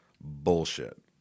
Bullshit